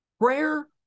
prayer